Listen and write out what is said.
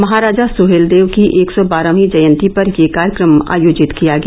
महाराजा सुहेलदेव की एक सौ बारहवीं जयंती पर यह कार्यक्रम आयोजित किया गया